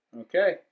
Okay